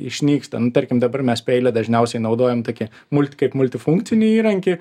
išnyksta nu tarkim dabar mes peilį dažniausiai naudojam tokį mult kaip multifunkcinį įrankį